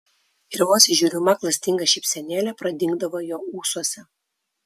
ir vos įžiūrima klastinga šypsenėlė pradingdavo jo ūsuose